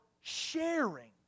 sharing